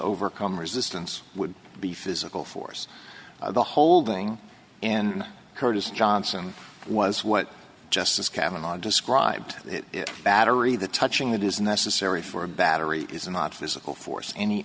overcome resistance would be physical force or the holding and curtis johnson was what justice kavanagh described battery the touching that is necessary for a battery is not physical force any